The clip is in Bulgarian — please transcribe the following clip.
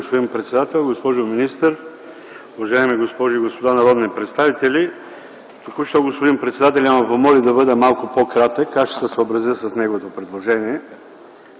благодаря.